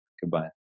Goodbye